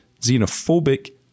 xenophobic